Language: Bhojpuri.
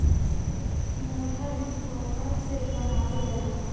मोढ़ा भी पुअरा से बनावल जाला